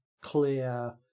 clear